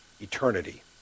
eternity